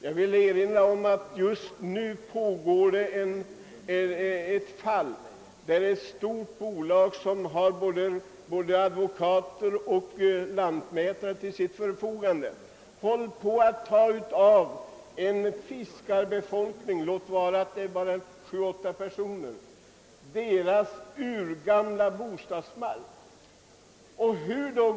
Jag vill erinra om ett nu aktuellt fall där ett stort bolag med både advokater och lantmätare till sitt förfogande håller på att beröva en liten fiskarbefolkning på sju—åtta personer dess urgamla bostadsmark.